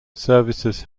services